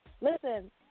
listen